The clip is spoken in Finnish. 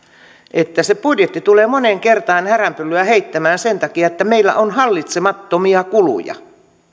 että se budjetti tulee moneen kertaan häränpyllyä heittämään sen takia että meillä on hallitsemattomia kuluja